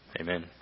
Amen